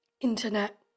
internet